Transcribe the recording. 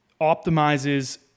optimizes